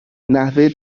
نحوه